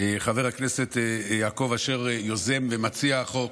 חבר הכנסת יעקב אשר, יוזם ומציע החוק,